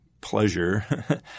pleasure